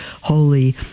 holy